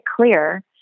clear